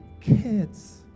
kids